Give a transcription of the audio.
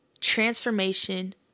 transformation